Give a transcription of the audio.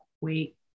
wait